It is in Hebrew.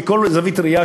שמכל זווית ראייה,